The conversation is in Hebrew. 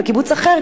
בקיבוץ אחר,